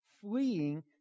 fleeing